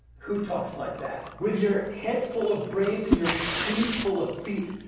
who talks like that? with your head full of brains and your shoes full of feet,